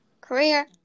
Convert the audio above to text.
career